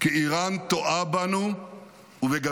כי איראן טועה בנו ובגדול.